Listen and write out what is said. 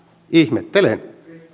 ihmettelen